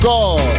God